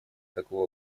такого